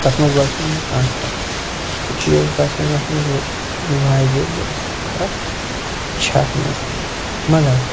تَتھ منٛز باسیو نہٕ مےٚ کانٛہہ شک سُہ چیٖز باسیو مےٚ یَتھ منٛزٕ واریاہ زیادٕ اَصٕل فرق چھِ اَتھ منٛز مگر